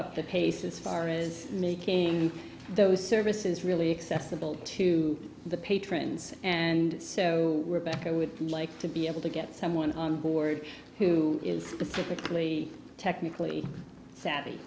up the pace as far as making those services really accessible to the patrons and so we're back i would like to be able to get someone on board who is specifically technically